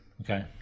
Okay